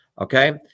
okay